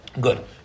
Good